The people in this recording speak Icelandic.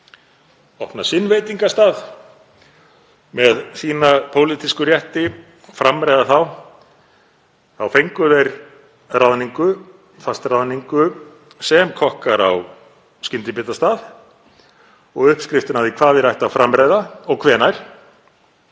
opna sinn veitingastað með sína pólitísku rétti, framreiða þá, fengu þeir fastráðningu sem kokkar á skyndibitastað og uppskriftina að því hvað þeir ættu að framreiða og hvenær